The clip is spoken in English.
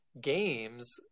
games